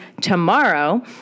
tomorrow